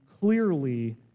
clearly